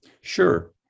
sure